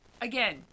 again